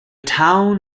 town